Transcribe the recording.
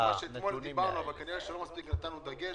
נתנו מספיק דגש,